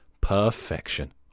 perfection